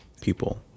people